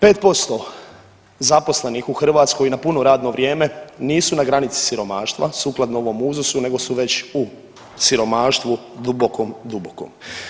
5% zaposlenih u Hrvatskoj na puno radno vrijeme nisu na granici siromaštva sukladno ovom uzusu nego su već u siromaštvu dubokom, dubokom.